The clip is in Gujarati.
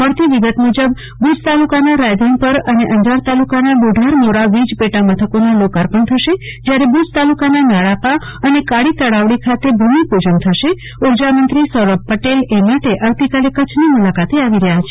મળતી વિગત મુજબ ભુજ તાલુકાના રાયધણપર અને અંજાર તાલુકાના બુઢારમોરા વીજ પેટા મથકોના લોકાર્પણ થશે જયારે ભુજ તાલુકાના નાડાપા અને કાળી તલાવડી ખાતે ભુમિપુજન થશે ઉર્જામંત્રી સૌરભ પટેલએ માટે આવતીકાલે કચ્છની મુલાકાતે આવી રહ્યા છે